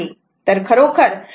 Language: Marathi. तर खरोखर रिझल्टटन्ट करंट 40